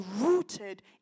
rooted